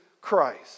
Christ